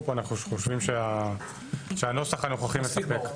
פה אנחנו חושבים שהנוסח הנוכחי מספק.